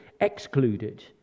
excluded